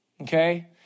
Okay